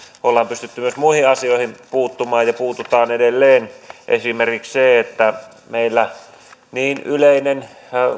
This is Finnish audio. ollaan pystytty myös muihin asioihin puuttumaan ja puututaan edelleen esimerkiksi kun meillä on niin yleinen